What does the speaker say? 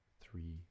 three